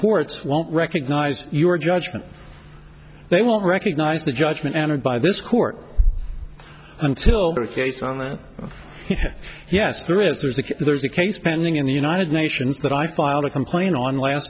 courts won't recognize your judgment they won't recognize the judgment entered by this court until their case on the yes through is there's a there's a case pending in the united nations that i filed a complaint on last